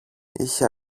είχε